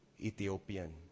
Ethiopian